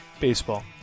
baseball